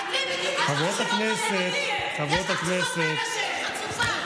אולי תפסיקי לדבר שטויות?